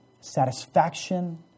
satisfaction